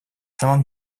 самом